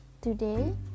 Today